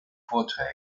vorträge